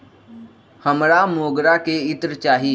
हमरा मोगरा के इत्र चाही